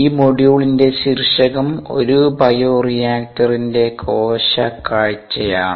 ഈ മൊഡ്യൂളിന്റെ ശീർഷകം ഒരു ബയോ റിയാക്ടറിന്റെ കോശ കാഴ്ചയാണ്